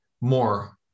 more